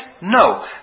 No